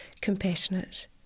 compassionate